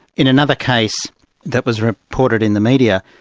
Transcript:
in another case that was reported in the media,